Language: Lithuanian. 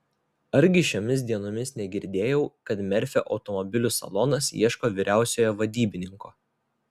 argi šiomis dienomis negirdėjau kad merfio automobilių salonas ieško vyriausiojo vadybininko